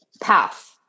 path